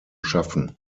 schaffen